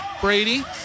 Brady